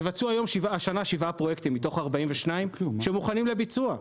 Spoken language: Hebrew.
יבצעו השנה שבעה פרויקטים מתוך 42 שמוכנים לביצוע.